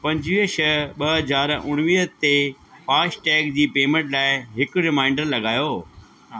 पंजुवीह छह ॿ हज़ार उणिवीह ते फ़ास्टैग जी पेमेंट लाइ हिकु रिमाइंडर लॻायो